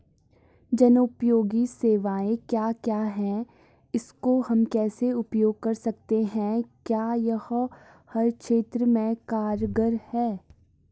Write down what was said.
जनोपयोगी सेवाएं क्या क्या हैं इसको हम कैसे उपयोग कर सकते हैं क्या यह हर क्षेत्र में कारगर है?